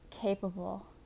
capable